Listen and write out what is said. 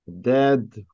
dead